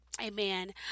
Amen